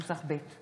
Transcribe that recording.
נוסח ב'.